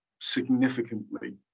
significantly